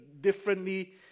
differently